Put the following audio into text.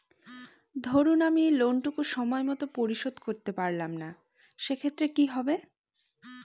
ধরুন আমি লোন টুকু সময় মত পরিশোধ করতে পারলাম না সেক্ষেত্রে কি হবে?